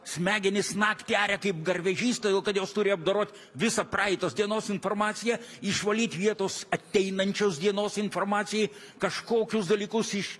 smegenys naktį aria kaip garvežys todėl kad jos turi apdorot visą praeitos dienos informaciją išvalyt vietos ateinančios dienos informacijai kažkokius dalykus iš